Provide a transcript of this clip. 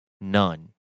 None